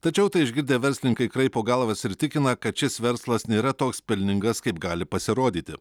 tačiau tai išgirdę verslininkai kraipo galvas ir tikina kad šis verslas nėra toks pelningas kaip gali pasirodyti